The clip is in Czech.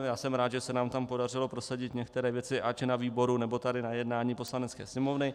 Já jsem rád, že se nám tam podařilo prosadit některé věci ať na výboru, nebo tady na jednání Poslanecké sněmovny.